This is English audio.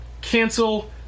cancel